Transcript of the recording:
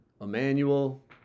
Emmanuel